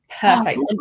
Perfect